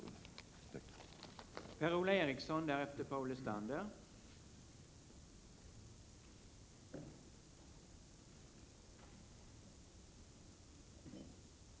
Tack!